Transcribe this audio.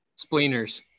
Spleeners